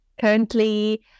Currently